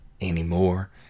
anymore